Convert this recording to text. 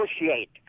negotiate